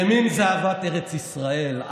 ימין זה אהבת ארץ ישראל,